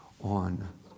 on